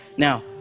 Now